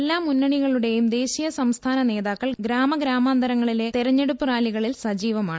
എല്ലാ മുന്നണികളുടെയും ദേശീയസംസ്ഥാന നേതാക്കൾ ഗ്രാമഗ്രാമാന്തരങ്ങളിലെ തെരഞ്ഞെടുപ്പ് റാലികളിൽ സജീവമാണ്